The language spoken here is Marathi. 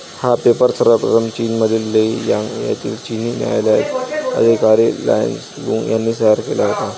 हा पेपर सर्वप्रथम चीनमधील लेई यांग येथील चिनी न्यायालयातील अधिकारी त्साई लुन यांनी तयार केला होता